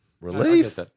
Relief